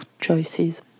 choices